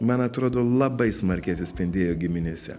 man atrodo labai smarkiai atsispindėjo giminėse